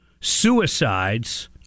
suicides